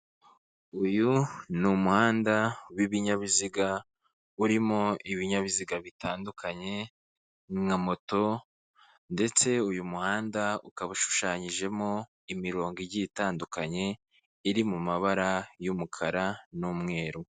Uyu umuhanda w'ibinyabiziga urimo ibinyabiziga bitandukanye nka moto ndetse uyu muhanda ukaba ushushanyijemo imirongo igiye itandukanye iri mu mabara y'umukara n'umweru.